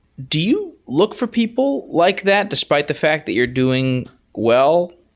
do you look for people like that, despite the fact that you're doing well?